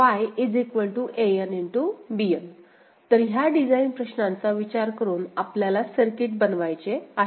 Bn तर ह्या design प्रश्नांचा विचार करून आपल्याला सर्किट बनवायचे आहे